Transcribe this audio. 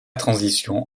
transition